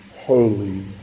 holy